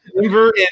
Denver